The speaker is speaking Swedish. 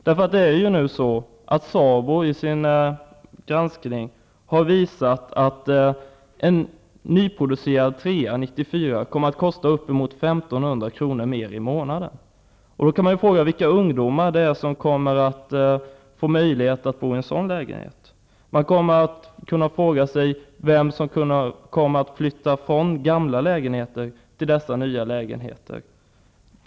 SABO har ju nu i sin granskning visat att en nyproducerad trea år 1994 kommer att kosta uppemot 1 500 kr. mer i månaden. Man kan undra vilka ungdomar som kommer att få möjlighet att bo i en sådan lägenhet. Vilka kommer att kunna flytta från gamla lägenheter till dessa nya lägenheter?